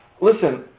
listen